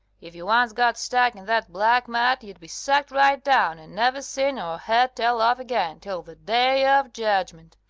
if you once got stuck in that black mud you'd be sucked right down and never seen or heard tell of again till the day of judgment,